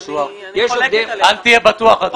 אל תהיה בטוח.